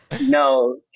No